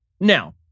Now